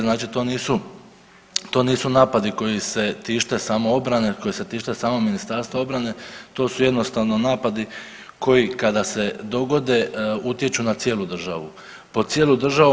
Znači to nisu, to nisu napadi koji se tište samo obrane, koji se tište samo Ministarstva obrane, to su jednostavno napadi koji kada se dogode utječu na cijelu državu po cijelu državu.